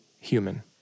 human